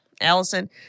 Allison